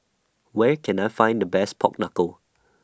Where Can I Find The Best Pork Knuckle